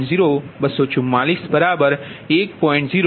0244 1